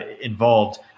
involved